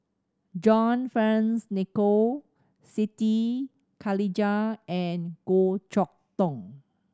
John Fearns Nicoll Siti Khalijah and Goh Chok Tong